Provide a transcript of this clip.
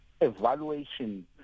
evaluation